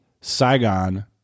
Saigon